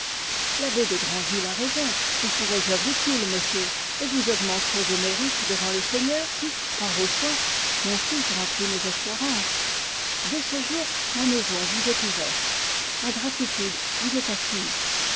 l'abbé de grandville a raison vous ferez œuvre utile monsieur et vous augmenterez vos mérites devant le seigneur si par vos soins mon fils remplit mes espérances dès ce jour ma maison vous est ouverte ma gratitude vous est acquise